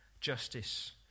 justice